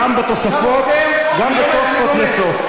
גם בתוספות יש סוף.